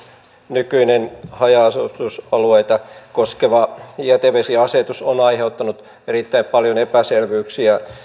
nykyinen haja asutusalueita koskeva jätevesiasetus on aiheuttanut erittäin paljon epäselvyyksiä